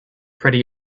pretty